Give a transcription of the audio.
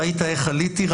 ראית איך עליתי?